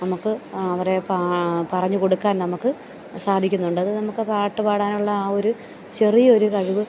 നമുക്ക് അവരെ പറഞ്ഞുകൊടുക്കാൻ നമുക്ക് സാധിക്കുന്നുണ്ട് അത് നമുക്ക് പാട്ട് പാടാനുള്ള ആ ഒരു ചെറിയൊരു കഴിവ്